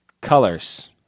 Colors